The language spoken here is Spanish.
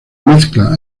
mezcla